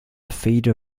feeder